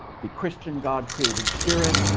the christian god created spirit.